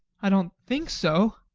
i don't think so!